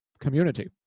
community